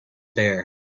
bare